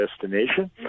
destination